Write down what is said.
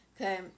Okay